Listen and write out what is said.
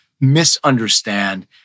misunderstand